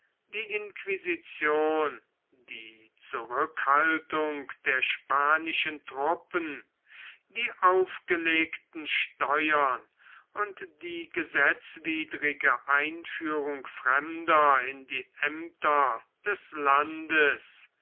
die inquisition die zurückhaltung der spanischen truppen die aufgelegten steuern und die gesetzwidrige einführung fremder in die aemter des landes